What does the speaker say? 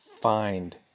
find